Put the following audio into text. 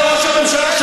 בגלל ראש הממשלה,